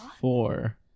Four